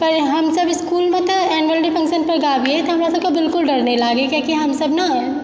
तैं हमसब तऽ इसकुलमे तऽ एनुअल डे फंक्शनमे गाबियै तऽ हमरा सबके बिल्कुल डर नहि लागै कियाकि हम सब ने